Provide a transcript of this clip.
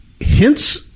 Hence